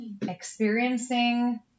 experiencing